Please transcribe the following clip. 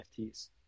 NFTs